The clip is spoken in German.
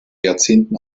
jahrzehnten